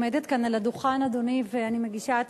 עברה בקריאה טרומית ותועבר להכנה לקריאה ראשונה בוועדת הכלכלה של הכנסת.